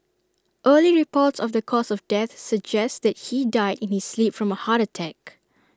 early reports of the cause of death suggests that he died in his sleep from A heart attack